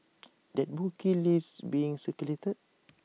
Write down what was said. that bookie list being circulated